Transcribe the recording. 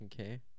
Okay